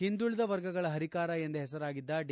ಹಿಂದುಳದ ವರ್ಗಗಳ ಹರಿಕಾರ ಎಂದೇ ಹೆಸರಾಗಿದ್ದ ಡಿ